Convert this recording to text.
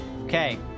okay